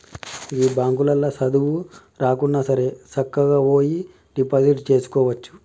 గీ బాంకులల్ల సదువు రాకున్నాసరే సక్కగవోయి డిపాజిట్ జేసుకోవచ్చు